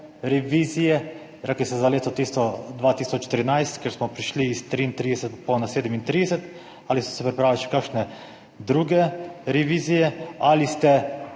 revizije? Rekli ste za leto tisto 2013, kjer smo prišli iz 33, potem na 37, ali so se pripravili še kakšne druge revizije? Ali ste